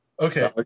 Okay